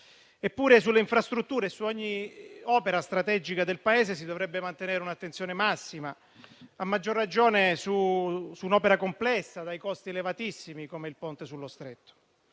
Eppure sulle infrastrutture e su ogni opera strategica per il Paese si dovrebbe mantenere un'attenzione massima, a maggior ragione su un'opera complessa e dai costi elevatissimi come il Ponte sullo Stretto.